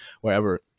wherever